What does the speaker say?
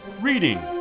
Reading